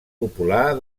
popular